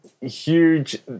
huge